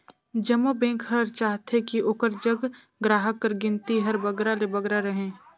जम्मो बेंक हर चाहथे कि ओकर जग गराहक कर गिनती हर बगरा ले बगरा रहें